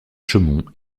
chaumont